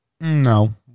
No